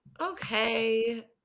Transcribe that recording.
Okay